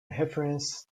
reference